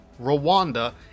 Rwanda